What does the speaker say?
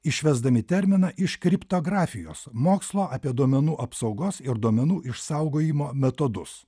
išvesdami terminą iš kriptografijos mokslo apie duomenų apsaugos ir duomenų išsaugojimo metodus